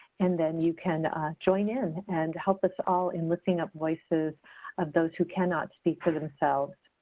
and then you can join in and help us all in lifting up voices of those who cannot speak for themselves.